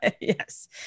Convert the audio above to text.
yes